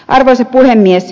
arvoisa puhemies